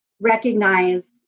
recognized